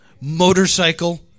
motorcycle